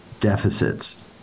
deficits